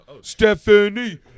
Stephanie